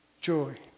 joy